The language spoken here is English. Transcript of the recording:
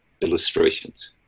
illustrations